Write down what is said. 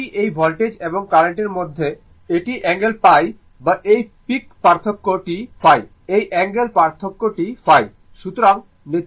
এটি এই ভোল্টেজ এবং কার্রেন্টের মধ্যে এটি অ্যাঙ্গেল π বা এই পিক পার্থক্য টি ϕ এই অ্যাঙ্গেল পার্থক্য টি ϕ